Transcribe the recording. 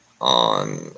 on